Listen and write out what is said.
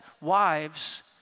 Wives